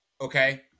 Okay